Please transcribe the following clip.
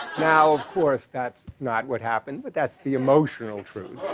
now of course that's not what happened, but that's the emotional truth.